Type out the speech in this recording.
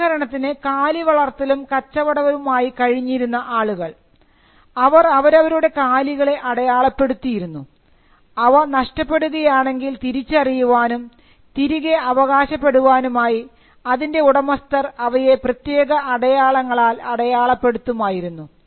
ഉദാഹരണത്തിന് കാലിവളർത്തലും കച്ചവടവുമായി കഴിഞ്ഞിരുന്ന ആളുകൾ അവർ അവരുടെ കാലികളെ അടയാളപ്പെടുത്തിയിരുന്നു അവ നഷ്ടപ്പെടുകയാണെങ്കിൽ തിരിച്ചറിയുവാനും തിരികെ അവകാശപ്പെടുവാനുമായി അതിൻറെ ഉടമസ്ഥർ അവയെ പ്രത്യേക അടയാളങ്ങളാൽ അടയാളപ്പെടുത്തുമായിരുന്നു